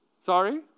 Sorry